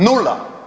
Nula.